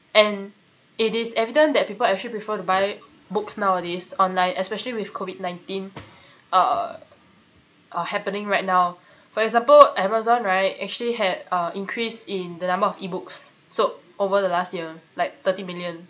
and it is evident that people actually prefer to buy books nowadays online especially with COVID nineteen uh happening right now for example Amazon right actually had uh increase in the number of ebooks sold over the last year like thirty million